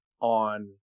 on